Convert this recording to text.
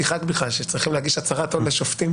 חד בכלל שצריכים להגיש הצהרת הון לשופטים.